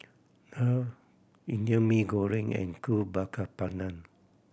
daal Indian Mee Goreng and Kuih Bakar Pandan